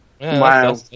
Wow